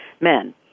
men